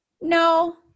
No